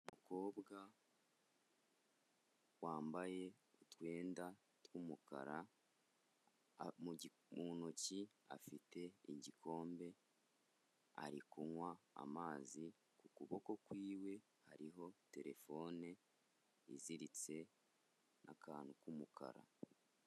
Umukobwa wambaye utwenda tw'umukara, mu ntoki afite igikombe ari kunywa amazi, ku kuboko kwiwe hariho terefone iziritse n'akantu k'umukara.